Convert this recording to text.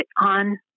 on